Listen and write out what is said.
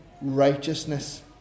righteousness